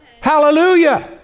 Hallelujah